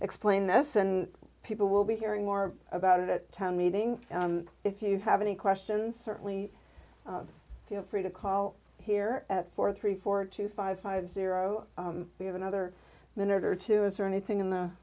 explain this and people will be hearing more about it town meeting if you have any questions certainly free to call here at four three four to five five zero we have another minute or two is there anything in the